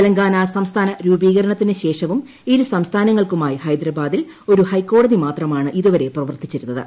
തെലങ്കാന സംസ്ഥാന രൂപീകരണത്തിന് ശേഷവും ഇരു സംസ്ഥാനങ്ങൾക്കുമായി ഹൈദരാണ്ടാദിൽ ഒരു ഹൈക്കോടതി മാത്രമാണ് ഇതുവരെ പ്രവർത്തിച്ചിരുന്നുത്